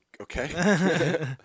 Okay